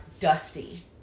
dusty